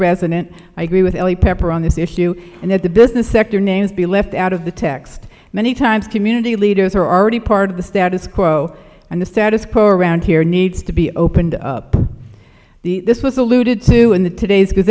resident agree with pepper on this issue and as the business sector names be left out of the text many times community leaders are already part of the status quo and the status quo around here needs to be opened up this was alluded to in the today's